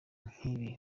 nk’ibi